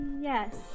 yes